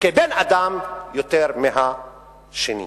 כבן-אדם יותר מהשני.